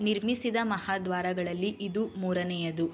ನಿರ್ಮಿಸಿದ ಮಹಾದ್ವಾರಗಳಲ್ಲಿ ಇದು ಮೂರನೆಯದು